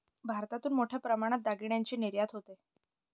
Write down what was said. भारतातून मोठ्या प्रमाणात दागिन्यांची निर्यात होते